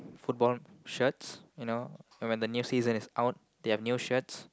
football shirts you know when the new season is out they have new shirts